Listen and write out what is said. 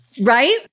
Right